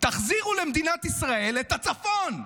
תחזירו למדינת ישראל את הצפון.